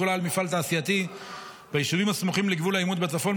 תחולה על מפעל תעשייתי ביישובים הסמוכים לגבול העימות בצפון,